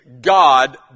God